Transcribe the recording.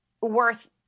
worth